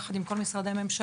יחד עם כל משרדי הממשלה,